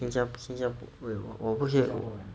新加新加新加坡 wait what 我不会